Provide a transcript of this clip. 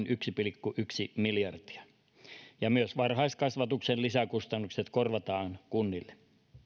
yksi pilkku yksi miljardia myös varhaiskasvatuksen lisäkustannukset korvataan kunnille